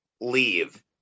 leave